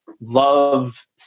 love